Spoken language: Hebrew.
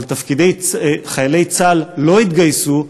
אבל חיילי צה"ל לא התגייסו,